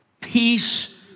peace